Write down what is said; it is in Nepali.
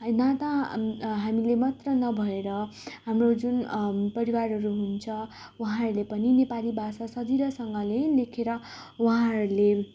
है ना ता हामीले मात्र नभएर हाम्रो जुन परिवारहरू हुनुहुन्छ उहाँहरूले पनि नेपाली भाषा सजिलोसँगले लेखेर उहाँहरूले